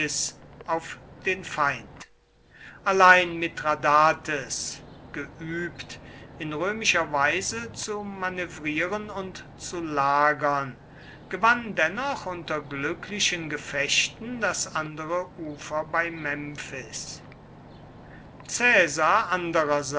auf den feind allein mithradates geübt in römischer weise zu manövrieren und zu lagern gewann dennoch unter glücklichen gefechten das andere ufer bei memphis caesar